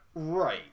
Right